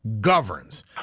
governs